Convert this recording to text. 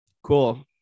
Cool